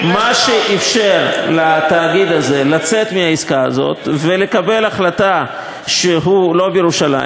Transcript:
מה שאפשר לתאגיד הזה לצאת מהעסקה הזאת ולקבל החלטה שהוא לא בירושלים,